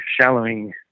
Shallowing